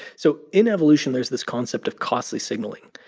so in evolution, there's this concept of costly signaling,